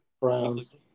Browns